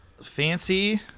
fancy